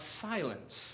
silence